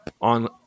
on